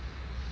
I guess